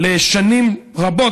לשנים רבות,